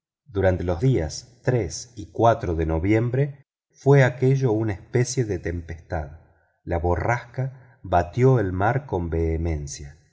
durante los días y de noviembre fue aquello una especie de tempestad la borrasca batió el mar con vehemencia